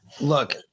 look